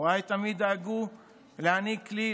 הוריי תמיד דאגו להעניק לי,